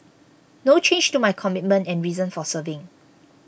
no change to my commitment and reason for serving